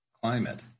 climate